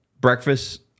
Breakfast